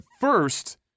first